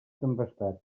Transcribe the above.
tempestats